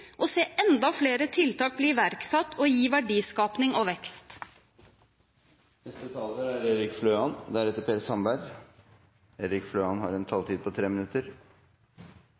og se enda flere tiltak bli iverksatt og gi verdiskaping og vekst. De talere som heretter får ordet, har en taletid på inntil 3 minutter.